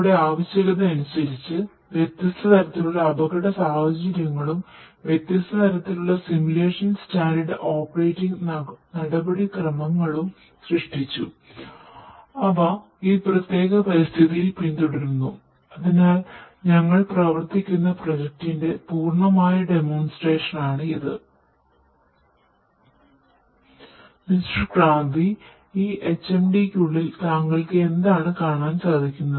mister ക്രാന്തിക്കുള്ളിൽ താങ്കൾക്ക് എന്താണ് കാണാൻ സാധിക്കുന്നത്